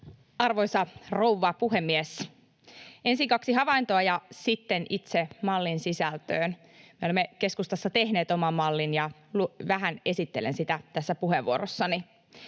Arvoisa rouva puhemies! Ensin kaksi havaintoa ja sitten itse mallin sisältöön. Me olemme keskustassa tehneet oman mallin, ja vähän esittelen sitä tässä puheenvuorossani.